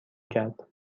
کرد